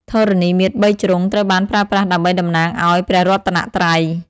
ធរណីមាត្របីជ្រុង ត្រូវបានប្រើប្រាស់ដើម្បីតំណាងឱ្យ ព្រះរតនៈត្រៃ។